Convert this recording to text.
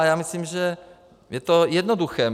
A já myslím, že je to jednoduché.